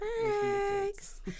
Thanks